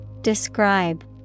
Describe